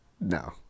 No